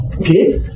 Okay